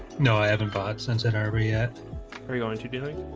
no, i haven't bought since it arbor yet are you going to doing